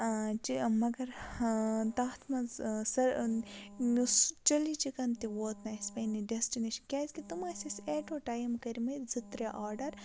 مگر تَتھ منٛز سُہ چِلی چِکَن تہِ ووت نہٕ اَسہِ پنٛنہِ ڈیسٹِنیشَن کیٛازِکہِ تم ٲسۍ اَسہِ ایٹ اےٚ ٹایِم کٔرمٕتۍ زٕ ترٛےٚ آرڈَر